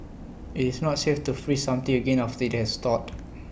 IT is not safe to freeze something again after IT has thawed